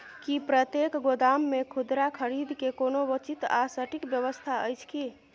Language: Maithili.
की प्रतेक गोदाम मे खुदरा खरीद के कोनो उचित आ सटिक व्यवस्था अछि की?